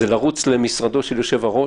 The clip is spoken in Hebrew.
לרוץ למשרדו של יושב-הראש,